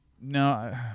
No